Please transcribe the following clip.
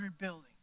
building